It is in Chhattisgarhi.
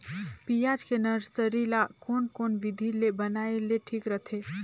पियाज के नर्सरी ला कोन कोन विधि ले बनाय ले ठीक रथे?